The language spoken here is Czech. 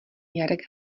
jarek